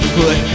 put